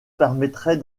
permettrait